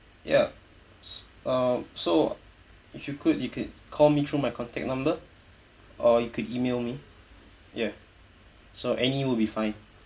ya uh so if you could you could call me through my contact number or you could email me ya so any would be fine